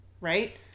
right